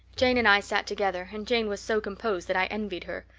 jane and i sat together and jane was so composed that i envied her.